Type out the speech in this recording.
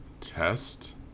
test